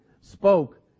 spoke